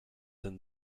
than